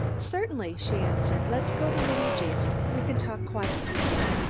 certainly, she answered. let's go to luigi's. we can talk quietly there.